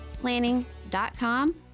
planning.com